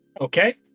Okay